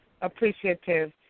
appreciative